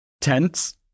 tense